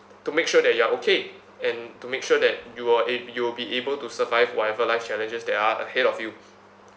to make sure that you are okay and to make sure that you are a~ you will be able to survive whatever life challenges that are ahead of you